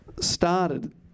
started